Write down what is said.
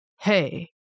hey